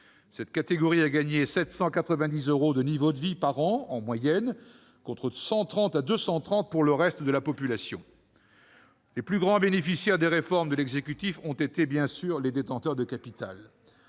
Cette catégorie a gagné 790 euros de pouvoir d'achat par an en moyenne, contre 130 à 230 euros pour le reste de la population. Les plus grands bénéficiaires des réformes de l'exécutif ont bien sûr été les détenteurs de capital.